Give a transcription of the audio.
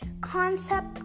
concept